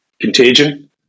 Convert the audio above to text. Contagion